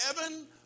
heaven